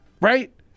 right